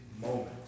moment